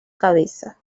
cabeza